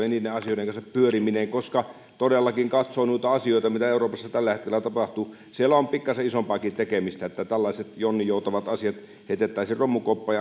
ja niiden asioiden kanssa pyöriminen koska todellakin kun katsoo noita asioita mitä euroopassa tällä hetkellä tapahtuu siellä on on pikkasen isompaakin tekemistä että tällaiset jonninjoutavat asiat heitettäisiin romukoppaan